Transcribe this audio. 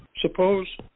Suppose